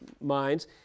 minds